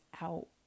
out